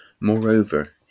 Moreover